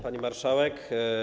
Pani Marszałek!